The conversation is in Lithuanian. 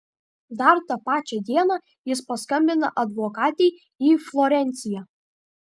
dar tą pačią dieną jis paskambina advokatei į florenciją